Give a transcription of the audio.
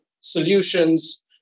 solutions